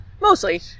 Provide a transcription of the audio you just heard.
mostly